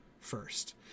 First